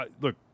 Look